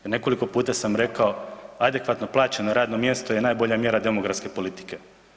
Nekoliko puta sam rekao, adekvatno plaćeno radno mjesto je najbolja mjera demografske politike.